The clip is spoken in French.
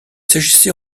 s’agissait